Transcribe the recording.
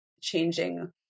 changing